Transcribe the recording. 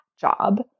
job